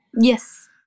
Yes